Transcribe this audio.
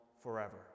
forever